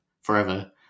forever